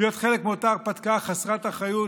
להיות חלק מאותה הרפתקה חסרת אחריות,